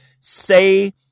say